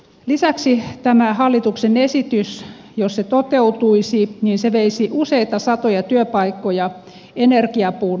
lisäksi tämä hallituksen esitys jos se toteutuisi veisi useita satoja työpaikkoja energiapuun hankintaketjuista kuten täälläkin on tänään useassa puheenvuorossa todettu